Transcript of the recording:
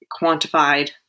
quantified